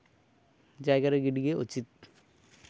ᱡᱟᱭᱜᱟᱨᱮ ᱜᱤᱰᱤ ᱜᱮ ᱩᱪᱤᱛ